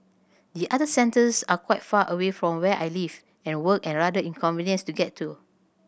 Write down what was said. the other centres are quite far away from where I live and work and rather inconvenient to get to